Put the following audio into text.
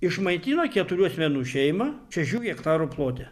išmaitino keturių asmenų šeimą šešių hektarų plote